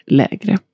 lägre